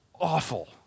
awful